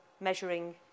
measuring